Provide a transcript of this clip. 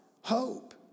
hope